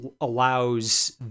allows